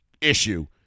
issue